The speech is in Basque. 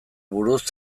buruz